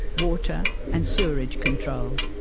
water and sewerage control.